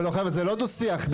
לא, חבר'ה, זה לא דוח שיח.